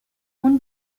اون